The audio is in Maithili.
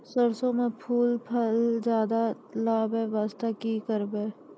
सरसों म फूल फल ज्यादा आबै बास्ते कि करबै?